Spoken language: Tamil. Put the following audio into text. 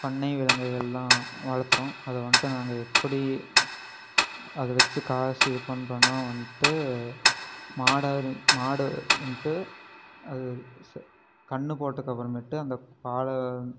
பண்ணை விலங்குகளெலாம் வளர்த்துறோம் அதை வந்துட்டு நாங்கள் எப்படி அதை வச்சு காசு இது பண்றோன்னால் வந்துட்டு மாட மாடு வந்துட்டு அது ச கன்று போட்டதுக்கு அப்புறமேட்டு அந்த பாலை